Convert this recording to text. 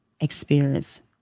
experience